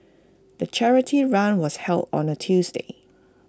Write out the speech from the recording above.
the charity run was held on A Tuesday